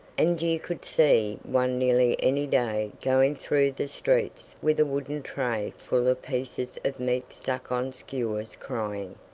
and you could see one nearly any day going through the streets with a wooden tray full of pieces of meat stuck on skewers crying,